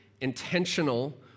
intentional